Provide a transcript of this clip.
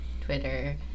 Twitter